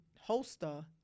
holster